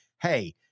Hey